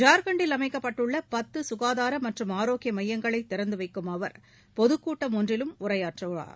ஜார்கண்டில் அமைக்கப்பட்டுள்ள பத்து சுகாதார மற்றும் ஆரோக்கிய மையங்களை திறந்து வைக்கும் அவர் பொதுக்கூட்டம் ஒன்றிலும் உரையாற்றுவார்